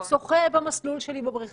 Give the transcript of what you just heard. ולהגיד שביום שישי האחרון עצר אותו ברחוב